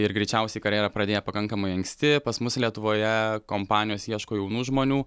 ir greičiausiai karjerą pradėję pakankamai anksti pas mus lietuvoje kompanijos ieško jaunų žmonių